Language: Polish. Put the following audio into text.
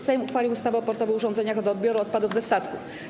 Sejm uchwalił ustawę o portowych urządzeniach do odbioru odpadów ze statków.